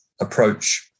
approach